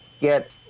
get